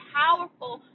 powerful